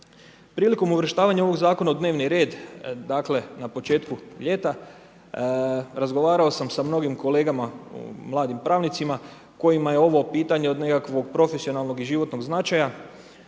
Prilikom uvrštavanja ovog zakona u dnevni red, na početku ljeta, razgovarao sam sa mnogim kolegama mladim pravnicima, kojima je ovo pitanje, od nekakvog profesionalnog i životnog značaja